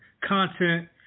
content